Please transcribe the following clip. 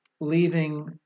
leaving